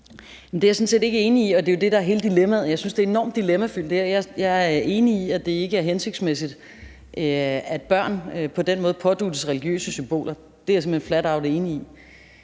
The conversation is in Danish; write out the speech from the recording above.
Det er jeg sådan set ikke enig i. Det er jo det, der er hele dilemmaet. Jeg synes, det er enormt dilemmafyldt. Jeg er enig i, at det ikke er hensigtsmæssigt, at børn på den måde påduttes religiøse symboler. Det er jeg simpelt hen flat out enig i.